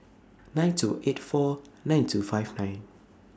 nine two eight four nine two five nine